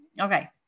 Okay